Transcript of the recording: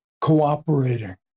cooperating